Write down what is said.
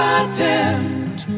attempt